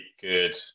good